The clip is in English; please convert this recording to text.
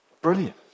brilliant